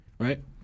right